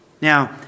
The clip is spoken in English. Now